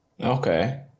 Okay